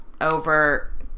over